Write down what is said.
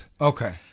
Okay